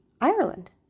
Ireland